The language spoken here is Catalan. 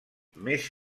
més